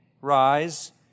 Rise